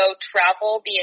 travel